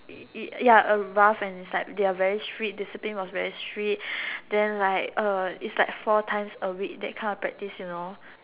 it ya a rough and it's like they are very strict discipline was very strict then like it's like four times a week that kind of practice you know